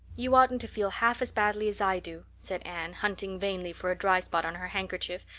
you oughtn't to feel half as badly as i do, said anne, hunting vainly for a dry spot on her handkerchief.